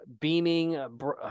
beaming